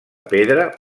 pedra